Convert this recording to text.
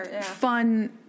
fun